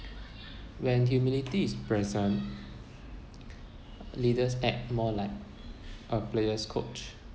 when humility is present leaders act more like a player's coach